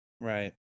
Right